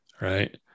right